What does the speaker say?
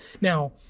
Now